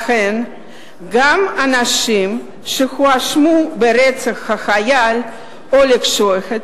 לכן גם אנשים שהואשמו ברצח החייל אולג שייחט,